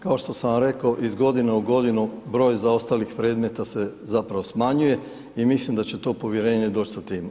Kao što sam vam rekao iz godine u godinu, broj zaostalih predmeta se zapravo smanjuje i mislim da će to povjerenje doći sa tim.